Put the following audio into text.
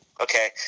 okay